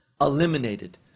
eliminated